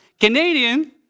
Canadian